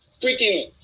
Freaking